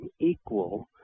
equal